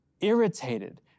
irritated